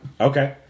Okay